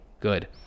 good